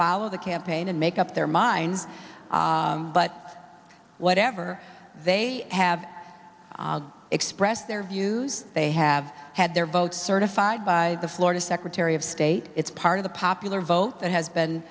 follow the campaign and make up their mind but whatever they have expressed their views they have had their vote certified by the florida secretary of state it's part of the popular vote that has